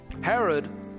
Herod